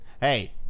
Hey